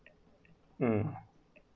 um